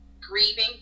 Grieving